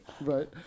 Right